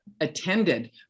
attended